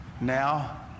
now